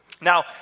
Now